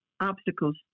obstacles